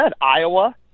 Iowa